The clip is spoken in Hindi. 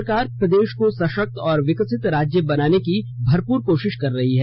राज्य सरकार प्रदेष को सषक्त और विकसित राज्य बनाने की भरपूर कोषिष कर रही है